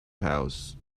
house